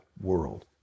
world